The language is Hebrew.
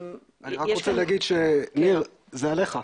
--- אני רק רוצה להגיד שניר זה עליך,